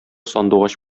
сандугач